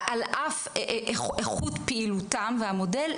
על אף איכות פעילותם והמודל,